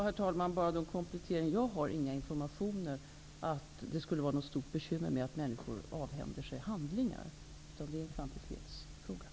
Herr talman! Jag skall bara göra en komplettering. Jag har inga informationer om att det skulle vara något stort bekymmer med att människor avhänder sig handlingar, utan det är kvantitetsfrågan som det gäller.